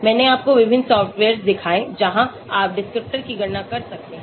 मैंने आपको विभिन्न सॉफ्टवेअर दिखाए जहाँ आप डिस्क्रिप्टर की गणना कर सकते हैं